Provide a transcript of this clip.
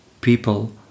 people